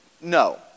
no